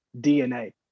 DNA